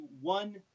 one